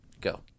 Go